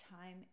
time